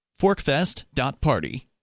Forkfest.party